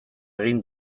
egin